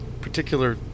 particular